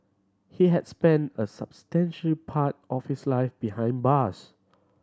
he had spent a substantial part of his life behind bars